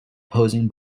posing